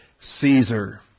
Caesar